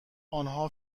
آنها